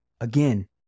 Again